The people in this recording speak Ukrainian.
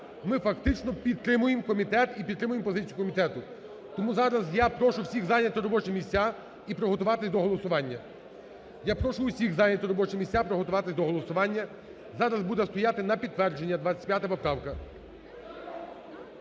ми фактично підтримуємо комітет і підтримуємо позицію комітету. Тому зараз я прошу всіх зайняти робочі місця і приготуватись до голосування. Я прошу всіх зайняти робочі місця, приготуватись до голосування. Зараз буде стояти на підтвердження 25 поправка.